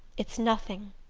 it's nothing.